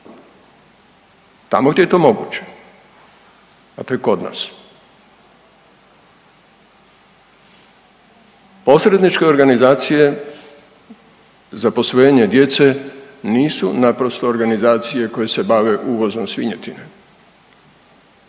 tamo gdje je to moguće, a to je kod nas. Posredničke organizacije za posvojenje djece nisu naprosto organizacije koje se bave uvozom svinjetine,